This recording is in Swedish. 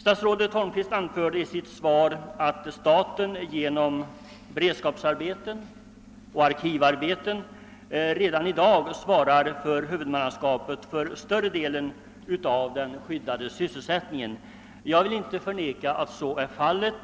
Statsrådet Holmqvist anförde i sitt svar att staten, genom beredskapsarbeten och arkivarbeten, redan i dag svarar för huvudmannaskapet för större delen av den skyddade sysselsättningen. Jag vill inte förneka att så är fallet.